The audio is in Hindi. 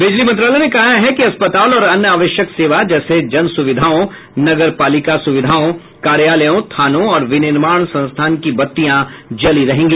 बिजली मंत्रालय ने कहा है कि अस्पताल और अन्य आवश्यक सेवा जैसे जनसुविधाओं नगरपालिका सुविधाओं कार्यालयों थानों और विनिर्माण संस्थानों की बत्तियां जली रहेंगी